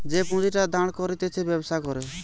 যে পুঁজিটা দাঁড় করতিছে ব্যবসা করে